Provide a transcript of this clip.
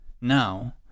Now